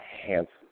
handsome